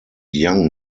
young